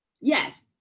yes